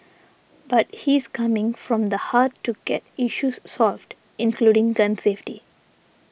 but he's coming from the heart to get issues solved including gun safety